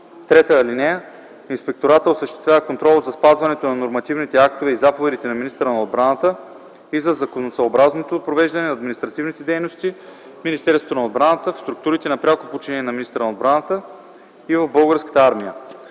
отбраната. (3) Инспекторатът осъществява контрол за спазването на нормативните актове и заповедите на министъра на отбраната и за законосъобразното провеждане на административните дейности в Министерството на отбраната, в структурите на пряко подчинение на министъра на отбраната и в Българската армия.